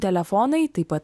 telefonai taip pat